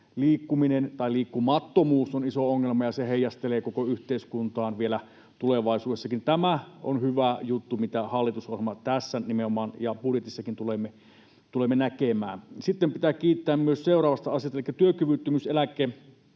liikkumattomuus on iso ongelma, ja se heijastelee koko yhteiskuntaan vielä tulevaisuudessakin. Tämä on hyvä juttu, mitä hallitusohjelmassa tässä nimenomaan on ja budjetissakin tulemme näkemään. Sitten pitää kiittää myös seuraavasta asiasta, elikkä työkyvyttömyyseläkeotsikon